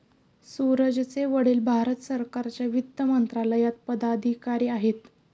सूरजचे वडील भारत सरकारच्या वित्त मंत्रालयात पदाधिकारी आहेत